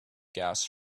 gas